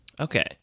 Okay